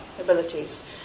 abilities